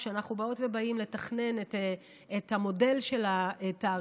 כשאנחנו באות ובאים לתכנן את המודל של התעריפים,